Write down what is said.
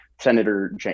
Senator